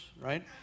right